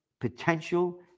potential